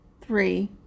three